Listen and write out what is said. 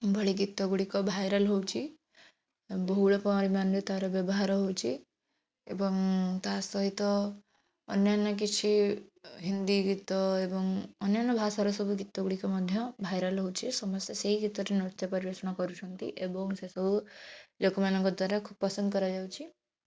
ଭଳି ଗୀତ ଗୁଡ଼ିକ ଭାଇରାଲ୍ ହେଉଛି ବହୁଳ ପରିମାଣରେ ତାର ବ୍ୟବହାର ହେଉଛି ଏବଂ ତାସହିତ ଅନ୍ୟାନ କିଛି ହିନ୍ଦୀ ଗୀତ ଏବଂ ଅନ୍ୟାନ ଭାଷାର ସବୁ ଗୀତ ଗୁଡ଼ିକ ମଧ୍ୟ ଭାଇରାଲ୍ ହେଉଛି ସମସ୍ତେ ସେଇ ଗୀତରେ ନୃତ୍ୟ ପରିବେଷଣ କରୁଛନ୍ତି ଏବଂ ସେ ସବୁ ଲୋକମାନଙ୍କ ଦ୍ଵାରା ଖୁବ୍ ପସନ୍ଦ କରାଯାଉଛି